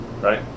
right